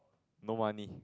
no money